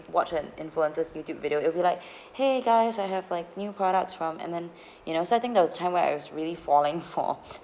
watch an influencer's YouTube video it will be like !hey! guys I have like new products from and then you know so I think there was time where I was really falling for